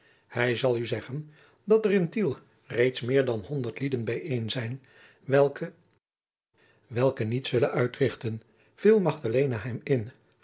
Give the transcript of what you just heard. hij zal u zeggen dat er in tiel reeds meer dan honderd lieden bijeen zijn welke welke niets zullen uitrichten viel magdalena hem in